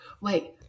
wait